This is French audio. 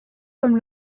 comme